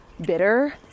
bitter